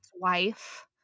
Wife